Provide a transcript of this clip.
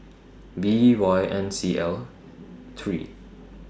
B Y N C L three